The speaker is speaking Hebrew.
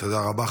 תודה רבה.